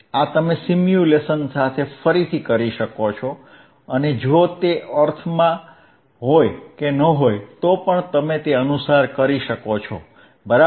આ તમે સિમ્યુલેશન સાથે ફરીથી કરી શકો છો અને જો તે અર્થમાં હોય કે ન હોય તો પણ તમે તે અનુસાર કરી શકો છો બરાબર